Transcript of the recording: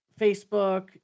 Facebook